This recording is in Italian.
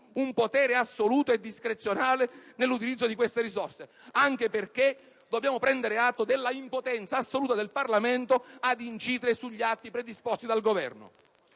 un potere assoluto e discrezionale nell'utilizzo di queste stesse risorse, anche perché dobbiamo prendere atto dell'impotenza assoluta del Parlamento ad incidere sugli atti predisposti dal Governo.